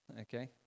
Okay